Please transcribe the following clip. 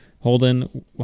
holden